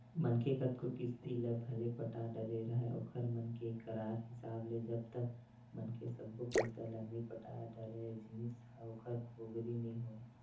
मनखे कतको किस्ती ल भले पटा डरे राहय ओखर मन के करार हिसाब ले जब तक मनखे सब्बो पइसा ल नइ पटा डरय जिनिस ह ओखर पोगरी नइ होवय